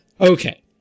Okay